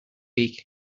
week